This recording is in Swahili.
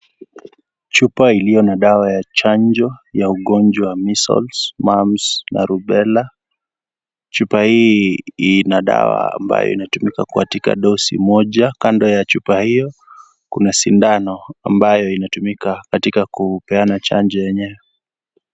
Chupa iliyo na dawa ya chanjo ya ugonjwa wa Measles, Mums na Rubella. Chupa hii ina dawa ambayo inatumika katika dosi momojakando ya chupa hiyo kuna sindano ambayo inatumika katika kupeana chanjo yenyewe.